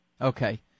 Okay